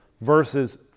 versus